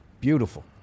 beautiful